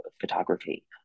photography